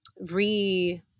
re-